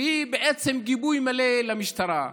שהיא בעצם גיבוי מלא למשטרה.